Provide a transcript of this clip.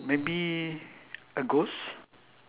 maybe a ghost